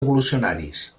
revolucionaris